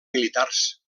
militars